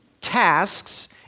tasks